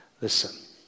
Listen